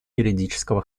юридического